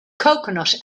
coconut